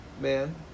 man